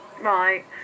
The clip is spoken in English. Right